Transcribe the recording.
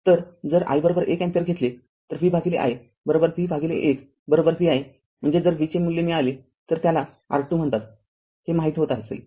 तरजर i १ ampere घेतले तर V i V १ Vi म्हणजे जर v चे मूल्य मिळालेतर r ज्याला r R२ म्हणतात ते माहिती होत असेल